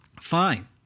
fine